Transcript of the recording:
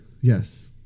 yes